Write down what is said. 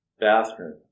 bathroom